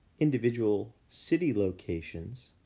individual city locations,